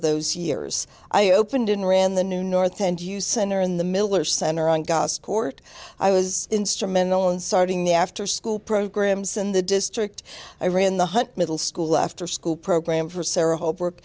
those years i opened in ran the new north end you center in the miller center and gus court i was instrumental in starting the after school programs in the district i ran the hunt middle school after school program for sarah hope work